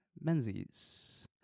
Menzies